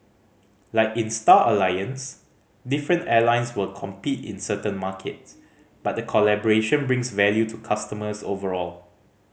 like in Star Alliance different airlines will compete in certain markets but the collaboration brings value to customers overall